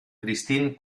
christine